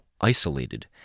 isolated